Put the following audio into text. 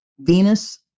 Venus